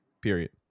Period